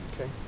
Okay